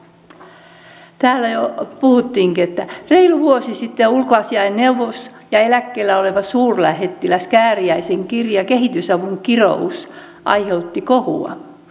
täällä jo puhuttiinkin että reilu vuosi sitten ulkoasiainneuvoksen ja eläkkeellä olevan suurlähettilään kääriäisen kirja kehitysavun kirous aiheutti kohua